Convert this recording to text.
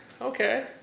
Okay